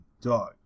dog